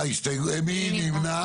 מי נמנע?